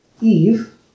Eve